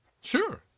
Sure